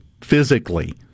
physically